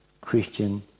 Christian